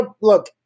look